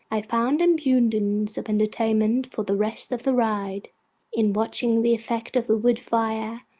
i found abundance of entertainment for the rest of the ride in watching the effects of the wood fire,